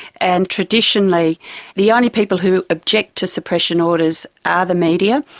and traditionally the only people who object to suppression orders are the media.